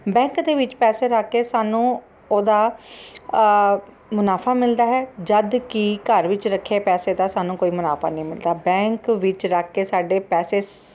bank ਦੇ ਵਿੱਚ ਪੈਸੇ ਰੱਖ ਕੇ ਸਾਨੂੰ ਉਹਦਾ ਮੁਨਾਫਾ ਮਿਲਦਾ ਹੈ ਜਦੋਂ ਕਿ ਘਰ ਵਿੱਚ ਰੱਖੇ ਪੈਸੇ ਦਾ ਸਾਨੂੰ ਕੋਈ ਮੁਨਾਫਾ ਨਹੀਂ ਮਿਲਦਾ ਬੈਂਕ ਵਿੱਚ ਰੱਖ ਕੇ ਸਾਡੇ ਪੈਸੇ ਸ